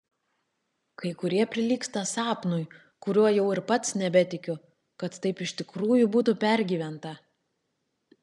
kai kurie prilygsta sapnui kuriuo jau ir pats nebetikiu kad taip iš tikrųjų būtų pergyventa